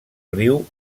riu